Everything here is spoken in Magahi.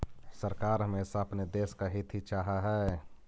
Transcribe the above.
सरकार हमेशा अपने देश का हित ही चाहा हई